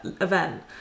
event